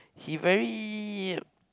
he very